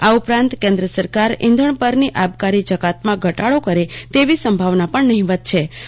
આ ઉપરાંત કેન્દ્રસરકાર છંઘણ પરની આબકારી જકાતમાં ધટાડો કરે તેવી સંભાવના પણ નહીવત જોવા મળે છે